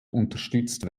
unterstützt